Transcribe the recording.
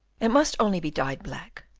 it must only be dyed black.